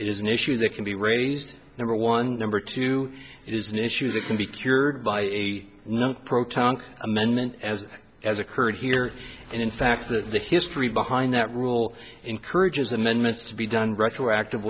is an issue that can be raised number one number two is an issue that can be cured by a number proton amendment as has occurred here and in fact that the history behind that rule encourages amendments to be done retroactive